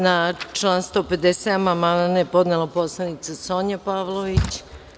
Na član 157. amandman je podnela narodna poslanica Sonja Pavlović.